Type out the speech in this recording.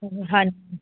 ਹਾਂਜੀ